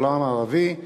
בעולם המערבי,